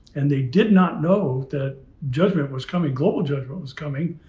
and they did not know that judgment was coming. global judgement was coming,